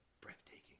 Breathtaking